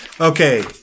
Okay